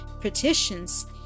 petitions